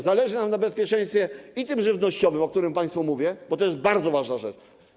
Zależy nam na bezpieczeństwie także żywnościowym, o którym państwu mówię, bo to jest bardzo ważna rzecz.